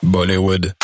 Bollywood